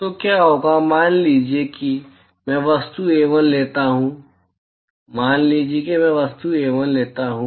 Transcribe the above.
तो क्या होगा मान लीजिए कि मैं वस्तु A1 लेता हूं मान लीजिए कि मैं वस्तु A1 लेता हूं